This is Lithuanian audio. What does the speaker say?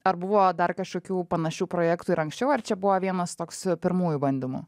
ar buvo dar kažkokių panašių projektų ir anksčiau ar čia buvo vienas toks pirmųjų bandymų